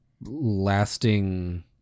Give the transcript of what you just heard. lasting